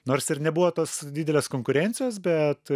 nors ir nebuvo tos didelės konkurencijos bet